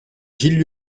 gilles